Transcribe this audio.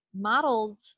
modeled